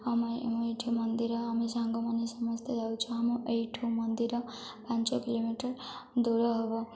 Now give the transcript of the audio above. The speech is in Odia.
ଆମ ଆମ ଏଇଠି ମନ୍ଦିର ଆମେ ସାଙ୍ଗମାନେ ସମସ୍ତେ ଯାଉଛୁ ଆମ ଏଇଠୁ ମନ୍ଦିର ପାଞ୍ଚ କିଲୋମିଟର ଦୂର ହେବ